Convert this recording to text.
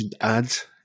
ads